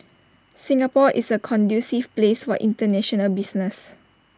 Singapore is A conducive place for International business